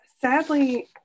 Sadly